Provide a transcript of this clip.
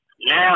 Now